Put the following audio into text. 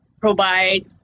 provide